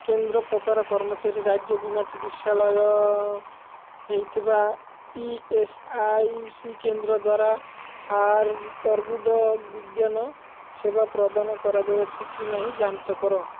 କେନ୍ଦ୍ର ପ୍ରକାର କର୍ମଚାରୀ ରାଜ୍ୟ ବୀମା ଚିକିତ୍ସାଳୟ ହୋଇଥିବା ଇ ଏସ୍ ଆଇ ସି କେନ୍ଦ୍ର ଦ୍ୱାରା ଅର୍ବୁଦବିଜ୍ଞାନ ସେବା ପ୍ରଦାନ କରାଯାଇଅଛି କି ନାହିଁ ଯାଞ୍ଚ କର